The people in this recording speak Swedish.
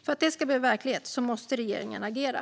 För att det ska bli verklighet måste regeringen agera.